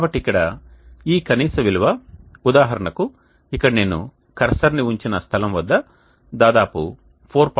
కాబట్టి ఇక్కడ ఈ కనీస విలువ ఉదాహరణకు ఇక్కడ నేను కర్సర్ని ఉంచిన స్థలం వద్ద దాదాపు 4